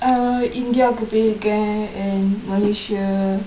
uh india பேய்ருக்கேன்:peyrukken and malaysia